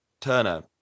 turner